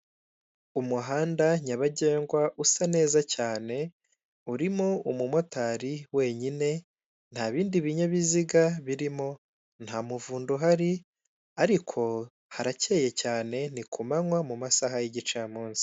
Umuhanda nyabagendwa usa neza cyane urimo umumotari wenyine nta bindi binyabiziga birimo, nta muvundo uhari ariko harakeye cyane ni kumananywa mu masaha y'igicamunsi.